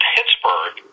Pittsburgh